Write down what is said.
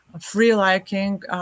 free-liking